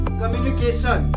communication